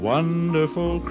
Wonderful